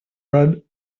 read